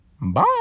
Bye